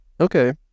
Okay